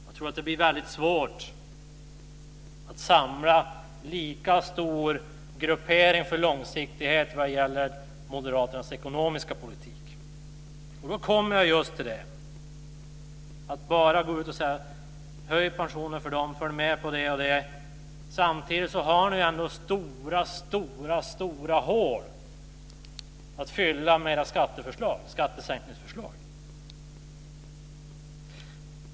Jag tror att det blir svårt att samla en lika stor gruppering för långsiktighet vad gäller moderaternas ekonomiska politik. Då kommer jag just till detta att bara gå ut och säga: Höj pensionerna för dem, följ med på det och det. Samtidigt har ni ju ändå stora hål att fylla med era skattesänkningsförslag.